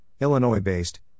Illinois-based